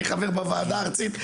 אני חבר בוועדה הארצית,